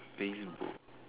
Facebook